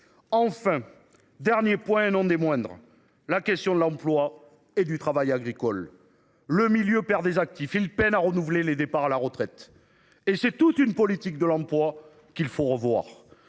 enfin. Dernier point et non des moindres, la question de l'emploi et du travail agricole. Le milieu perd des actifs, il peine à renouveler les départs à la retraite et c'est toute une politique de l'emploi qu'il faut revoir